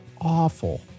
awful